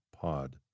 POD